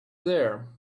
there